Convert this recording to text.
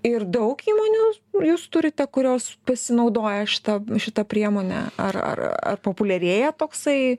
ir daug įmonių jūs turite kurios pasinaudoja šita šita priemone ar ar ar populiarėja toksai